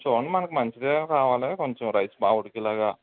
చూడండి మనకు మంచిది కావాలి కొంచెం రైస్ బాగా ఉడికేలాగా